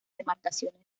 demarcaciones